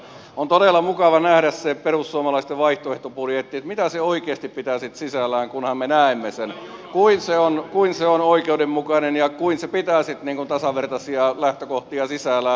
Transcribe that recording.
on todella mukava nähdä perussuomalaisten vaihtoehtobudjetti mitä se oikeasti pitää sitten sisällään kunhan me näemme sen kuinka se on oikeudenmukainen ja kuinka se pitää sitten tasavertaisia lähtökohtia sisällään